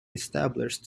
established